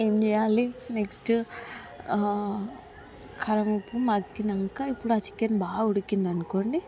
ఏం చెయ్యాలి నెక్స్ట్ కలవిపి మగ్గినాక ఇప్పుడు ఆ చికెన్ బాగా ఉడికిందనుకోండి